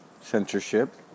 censorship